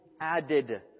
added